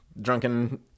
drunken